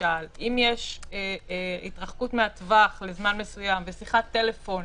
למשל שאם יש התרחקות מהטווח לזמן מסוים ושיחת טלפון